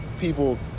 people